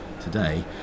today